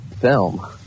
film